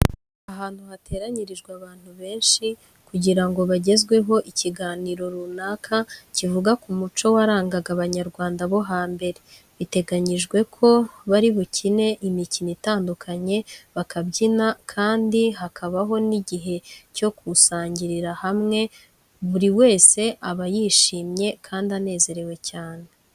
Ahantu hateranyirijwe abantu benshi kugira ngo bagezweho ikiganiro runaka kivuga ku muco warangaga Abanyarwanda bo hambere. Biteganyijwe ko bari bukine imikino itandukanye, bakabyina kandi hakabaho n'igihe cyo gusangirira hamwe. Buri wese aba yishimye kandi anezerewe cyane.